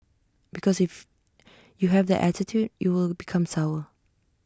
because if you have that attitude you will become sour